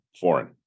foreign